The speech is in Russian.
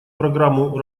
программу